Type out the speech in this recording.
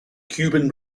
cuban